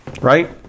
right